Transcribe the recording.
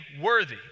worthy